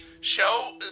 show